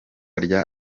rya